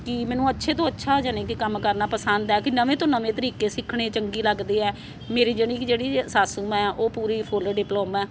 ਕਿ ਮੈਨੂੰ ਅੱਛੇ ਤੋਂ ਅੱਛਾ ਯਾਨੀ ਕਿ ਕੰਮ ਕਰਨਾ ਪਸੰਦ ਹੈ ਕਿ ਨਵੇਂ ਤੋਂ ਨਵੇਂ ਤਰੀਕੇ ਸਿੱਖਣੇ ਚੰਗੀ ਲੱਗਦੇ ਹੈ ਮੇਰੀ ਯਾਨੀ ਕਿ ਜਿਹੜੀ ਸਾਸੂ ਮਾਂ ਉਹ ਪੂਰੀ ਫੁੱਲ ਡਿਪਲੋਮਾ